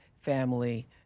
family